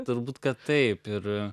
turbūt kad taip ir